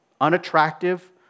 unattractive